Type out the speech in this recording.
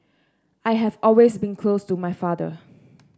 I have always been close to my father